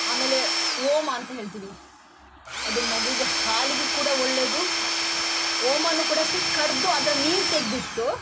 ಆಮೇಲೆ ಹೋಮ ಅಂತ ಹೇಳ್ತಿವಿ ಅದು ಮಗೂಗೆ ಹಾಲಿಗೂ ಕೂಡ ಒಳ್ಳೇದು ಓಮನ್ನು ಕೂಡ ಅಷ್ಟೇ ಕಡೆದು ಅದರ ನೀರು ತೆಗೆದ್ಬಿಟ್ಟು